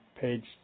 page